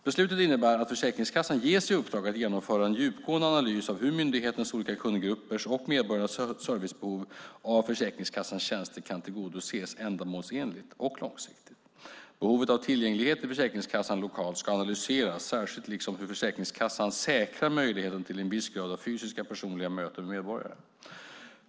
Beslutet innebär att Försäkringskassan ges i uppdrag att genomföra en djupgående analys av hur myndighetens olika kundgruppers och medborgarnas behov av Försäkringskassans tjänster kan tillgodoses ändamålsenligt och långsiktigt. Behovet av tillgänglighet till Försäkringskassan lokalt ska analyseras särskilt liksom hur Försäkringskassan säkrar möjligheten till en viss grad av fysiska personliga möten med medborgare.